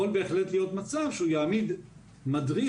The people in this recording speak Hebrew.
יכול בהחלט להיות מצב שהוא יעמיד מדריך